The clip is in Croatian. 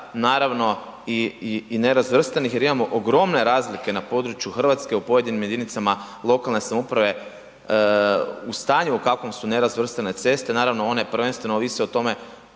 naravno i, i nerazvrstanih jer imamo ogromne razlike na području RH u pojedinim jedinicama lokalne samouprave u stanju u kakvom su nerazvrstane ceste, naravno one prvenstveno ovise o tome